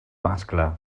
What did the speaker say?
mascle